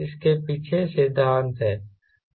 इसके पीछे सिद्धांत है